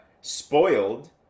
spoiled